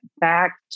back